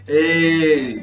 Hey